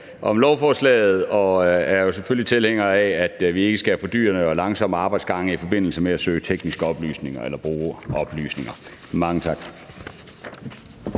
om lovforslaget og er jo selvfølgelig tilhængere af, at vi ikke skal have fordyrende og langsomme arbejdsgange i forbindelse med at søge tekniske oplysninger eller bruge oplysninger. Mange tak.